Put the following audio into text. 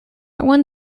one